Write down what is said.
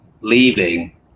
leaving